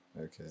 Okay